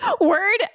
Word